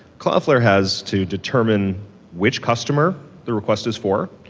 cloudflare has to determine which customer the request is for.